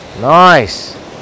Nice